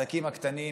העסקים הקטנים,